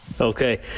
Okay